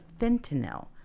fentanyl